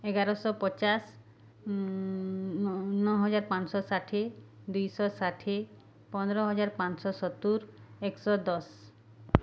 ଏଗାରଶହ ପଚାଶ ନଅ ହଜାର ପାଞ୍ଚଶହ ଷାଠିଏ ଦୁଇଶହ ଷାଠିଏ ପନ୍ଦର ହଜାର ପାଞ୍ଚଶହ ସତୁରି ଏକଶହ ଦଶ